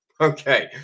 Okay